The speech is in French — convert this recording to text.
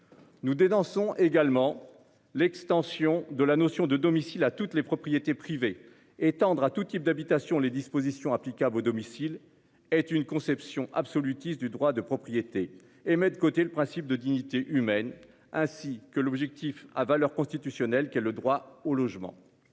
Nous dénonçons également l'extension de la notion de domicile à toutes les propriétés privées étendre à tout type d'habitations les dispositions applicables au domicile est une conception absolutiste du droit de propriété et met de côté le principe de dignité humaine, ainsi que l'objectif à valeur constitutionnelle qu'est le droit au logement.